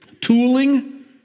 Tooling